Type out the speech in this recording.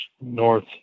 north